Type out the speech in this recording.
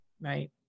Right